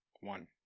One